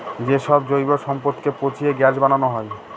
যে সব জৈব সম্পদকে পচিয়ে গ্যাস বানানো হয়